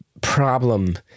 problem